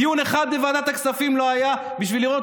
דיון אחד בוועדת הכספים לא היה בשביל לראות